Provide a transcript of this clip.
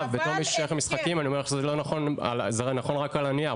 בתור מישהו שהולך למשחקים אני אומר לך שזה נכון רק על הנייר.